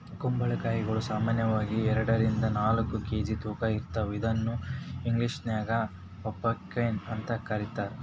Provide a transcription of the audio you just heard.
ಕುಂಬಳಕಾಯಿಗಳು ಸಾಮಾನ್ಯವಾಗಿ ಎರಡರಿಂದ ನಾಲ್ಕ್ ಕೆ.ಜಿ ತೂಕ ಇರ್ತಾವ ಇದನ್ನ ಇಂಗ್ಲೇಷನ್ಯಾಗ ಪಂಪಕೇನ್ ಅಂತ ಕರೇತಾರ